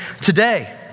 today